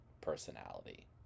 personality